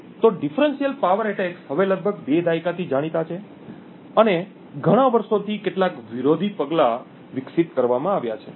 તો વિભેદક શક્તિના હુમલાઓ હવે લગભગ બે દાયકાથી જાણીતા છે અને ઘણા વર્ષોથી કેટલાક વિરોધી પગલાં વિકસિત કરવામાં આવ્યા છે